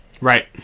Right